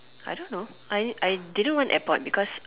I don't know I I didn't want airport because